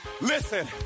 Listen